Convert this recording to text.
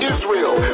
Israel